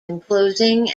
enclosing